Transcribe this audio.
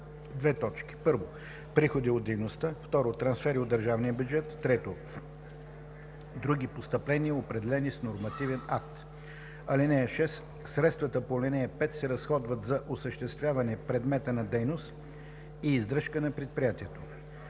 от: 1. приходи от дейността; 2. трансфери от държавния бюджет; 3. други постъпления, определени с нормативен акт. (6) Средствата по ал. 5 се разходват за осъществяване предмета на дейност и издръжка на предприятието.